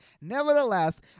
Nevertheless